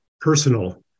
personal